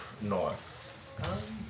north